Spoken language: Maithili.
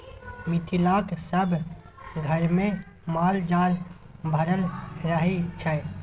मिथिलाक सभ घरमे माल जाल भरल रहय छै